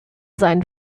sein